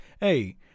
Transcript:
Hey